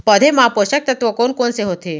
पौधे मा पोसक तत्व कोन कोन से होथे?